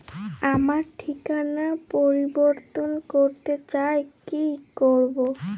আমার ঠিকানা পরিবর্তন করতে চাই কী করব?